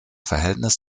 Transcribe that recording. verhältnis